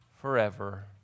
forever